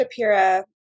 Shapira